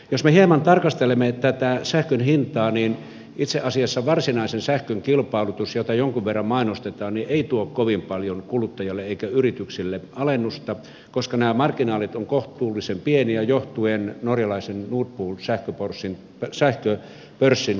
jos me hieman tarkastelemme sähkön hintaa niin itse asiassa varsinaisen sähkön kilpailutus jota jonkun verran mainostetaan ei tuo kovin paljon kuluttajille eikä yrityksille alennusta koska nämä marginaalit ovat kohtuullisen pieniä johtuen norjalaisen nord pool sähköpörssin toimintaperiaatteista